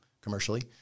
commercially